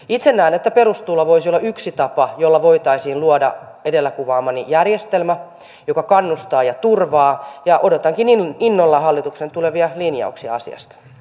itse näen että perustulo voisi olla yksi tapa jolla voitaisiin luoda edellä kuvaamani järjestelmä joka kannustaa ja turvaa ja odotankin innolla hallituksen tulevia linjauksia asiasta